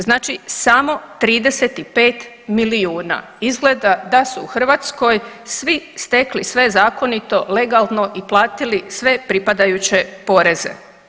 Znači samo 35 milijuna, izgleda da su u Hrvatskoj svi stekli sve zakonito, legalno i platili sve pripadajuće poreze.